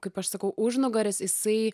kaip aš sakau užnugaris jisai